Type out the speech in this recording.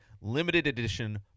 limited-edition